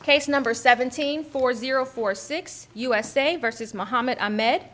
case number seventeen four zero four six usa versus mohamed i met